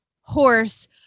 horse